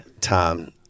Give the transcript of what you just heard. Tom